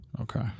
Okay